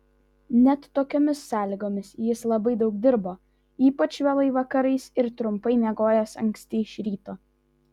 net tokiomis sąlygomis jis labai daug dirbo ypač vėlai vakarais ir trumpai miegojęs anksti iš ryto